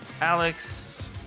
Alex